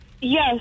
yes